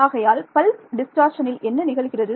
ஆகையால் பல்ஸ் டிஸ்டார்ஷனில் என்ன நிகழ்கிறது